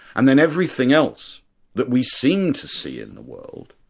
and then everything else that we seem to see in the world,